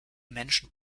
menschen